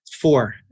four